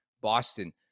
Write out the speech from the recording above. Boston